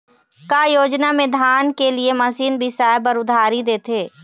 का योजना मे धान के लिए मशीन बिसाए बर उधारी देथे?